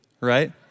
right